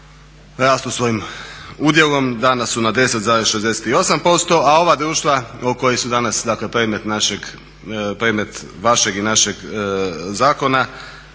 rastu svojim udjelom, danas su na 10,68% a ova društva koja su danas dakle predmet vašeg i našeg zakona